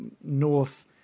north